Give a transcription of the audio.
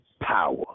power